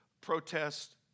protest